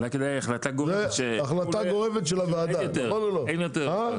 אולי כדאי כהחלטה גורפת של הוועדה שאין יותר דיאגרמות.